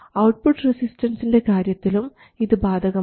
output റെസിസ്റ്റൻസിൻറെ കാര്യത്തിലും ഇത് ബാധകമാണ്